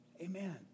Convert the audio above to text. Amen